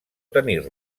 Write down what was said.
tenir